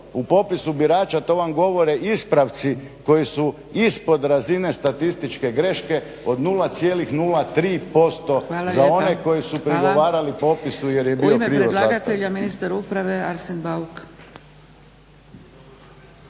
u popisu birača to vam govore ispravci koji su ispod razine statističke greške od 0,03% za one koji su prigovarali popisu jer je bio krivo sastavljen.